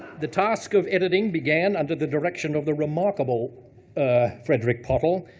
the task of editing began under the direction of the remarkable ah frederick pottle.